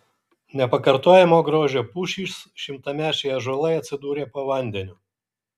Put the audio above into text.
nepakartojamo grožio pušys šimtamečiai ąžuolai atsidūrė po vandeniu